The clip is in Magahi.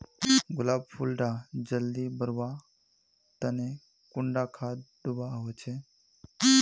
गुलाब फुल डा जल्दी बढ़वा तने कुंडा खाद दूवा होछै?